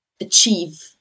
achieve